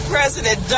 President